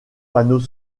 panneaux